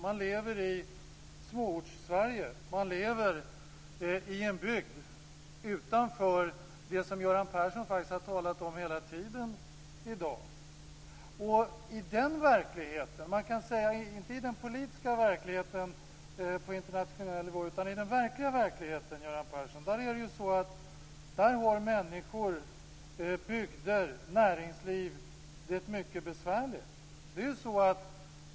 Man lever i Småortssverige. Man lever i en bygd utanför det som Göran Persson har talat om hela tiden i dag. I den riktiga verkligheten - inte den politiska verkligheten på internationell nivå - kan man säga att människor, bygder och näringsliv har det mycket besvärligt.